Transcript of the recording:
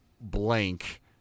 blank